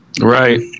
Right